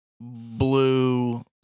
blue